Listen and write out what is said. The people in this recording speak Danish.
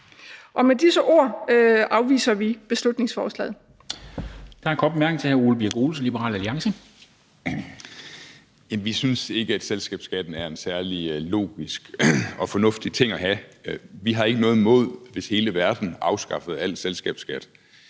Ole Birk Olesen (LA): Vi synes ikke, at selskabsskatten er en særlig logisk og fornuftig ting at have. Vi ville ikke have noget imod, at hele verden afskaffede al selskabsskat.